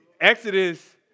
Exodus